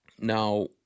now